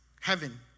heaven